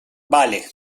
vale